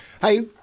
Hey